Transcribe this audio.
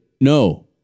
No